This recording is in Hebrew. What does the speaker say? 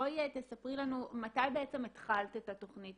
בואי תספרי לנו מתי בעצם התחלתם את התכנית,